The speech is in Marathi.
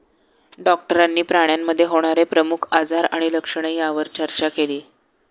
डॉक्टरांनी प्राण्यांमध्ये होणारे प्रमुख आजार आणि लक्षणे यावर चर्चा केली